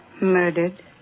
murdered